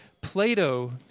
Plato